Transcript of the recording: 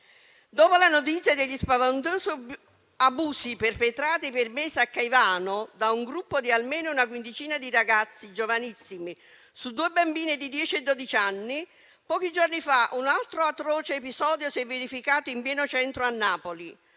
Dopo le notizie degli spaventosi abusi perpetrati per mesi a Caivano da un gruppo di almeno una quindicina di ragazzi giovanissimi su due bambine di dieci e dodici anni, pochi giorni fa un altro atroce episodio si è verificato in pieno centro a Napoli,